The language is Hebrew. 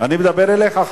אני מדבר אליך,